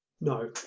No